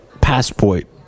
Passport